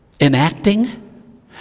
enacting